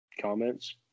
Comments